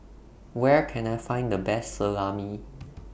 Where Can I Find The Best Salami